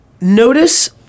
notice